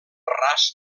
ras